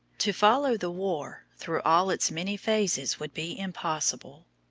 to follow the war through all its many phases would be impossible,